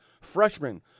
freshman